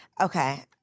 Okay